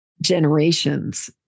generations